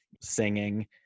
singing